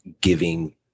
giving